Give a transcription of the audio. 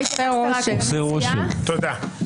תודה.